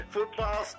Football